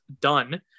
done